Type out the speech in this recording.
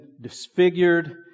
disfigured